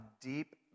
deep